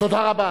תודה רבה.